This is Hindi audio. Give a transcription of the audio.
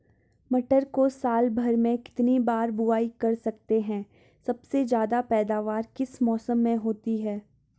मटर को साल भर में कितनी बार बुआई कर सकते हैं सबसे ज़्यादा पैदावार किस मौसम में होती है?